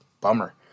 bummer